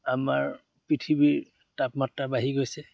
আমাৰ পৃথিৱীৰ তাপমাত্ৰা বাঢ়ি গৈছে